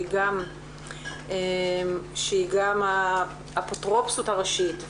שהיא גם האפוטרופוסית הראשית,